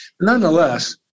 Nonetheless